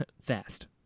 Fast